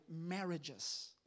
marriages